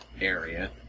area